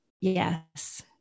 yes